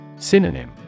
Synonym